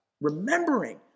remembering